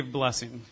blessing